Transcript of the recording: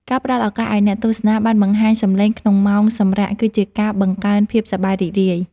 ការផ្ដល់ឱកាសឱ្យអ្នកទស្សនាបានបង្ហាញសម្លេងក្នុងម៉ោងសម្រាកគឺជាការបង្កើនភាពសប្បាយរីករាយ។